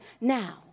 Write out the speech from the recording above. now